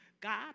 God